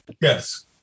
yes